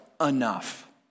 enough